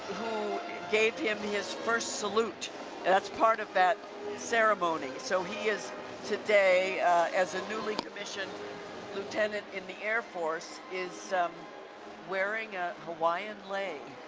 who gave him his first salute and that's part of that ceremony. so he is today as a newly commissioned lieutenant in the air force is wearing a hawaiian lei.